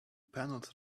panels